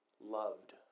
loved